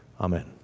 Amen